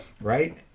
right